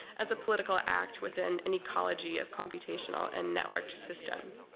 as a political act within an ecology of computational and networked systems.